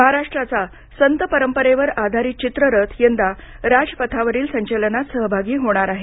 महाराष्ट्राचा संत परंपरेवर आधारित चित्ररथ यंदा राजपथावरील संचलनात सहभागी होणार आहे